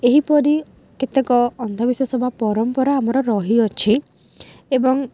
ଏହିପରି କେତେକ ଅନ୍ଧବିଶ୍ୱାସ ବା ପରମ୍ପରା ଆମର ରହିଅଛି ଏବଂ